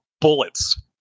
bullets